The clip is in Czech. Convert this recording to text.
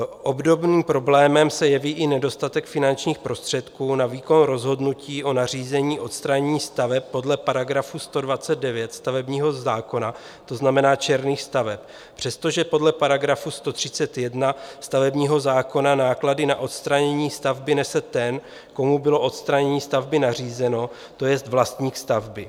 Obdobným problémem se jeví i nedostatek finančních prostředků na výkon rozhodnutí o nařízení odstranění staveb podle § 129 stavebního zákona, to znamená černých staveb, přestože podle § 131 stavebního zákona náklady na odstranění stavby nese ten, komu bylo odstranění stavby nařízeno, to jest vlastník stavby.